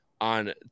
on